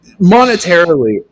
Monetarily